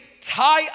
tie